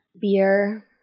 Beer